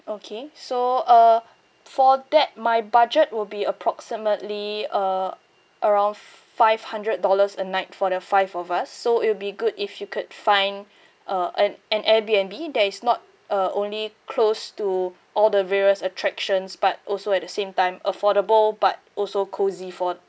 okay so uh for that my budget will be approximately uh around five hundred dollars a night for the five of us so it'll be good if you could find uh an an Airbnb that is not uh only close to all the various attractions but also at the same time affordable but also cozy for